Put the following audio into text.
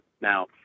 Now